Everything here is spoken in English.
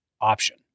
option